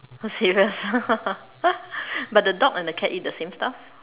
serious ah but the dog and the cat eat the same stuff